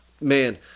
man